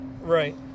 Right